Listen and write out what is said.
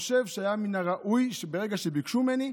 אני חושב שהיה מן הראוי שברגע שביקשו ממני,